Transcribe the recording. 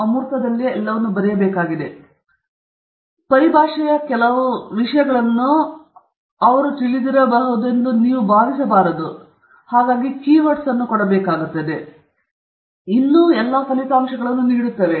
ಆದ್ದರಿಂದ ಪರಿಭಾಷೆಯ ಬಗ್ಗೆ ಕೆಲವು ವಿಷಯಗಳನ್ನು ನೀವು ಅವರು ಇತ್ಯಾದಿಗಳ ಬಗ್ಗೆ ತಿಳಿದಿರಬಹುದೆಂದು ಭಾವಿಸಬಾರದು ಆದರೆ ಇನ್ನೂ ಎಲ್ಲ ಫಲಿತಾಂಶಗಳನ್ನು ನೀಡುತ್ತದೆ